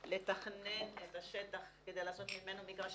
לתכנן את השטח כדי לעשות ממנו מגרשים,